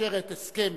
מאשרת הסכם